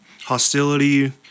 hostility